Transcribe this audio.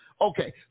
Okay